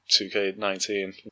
2K19